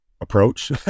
approach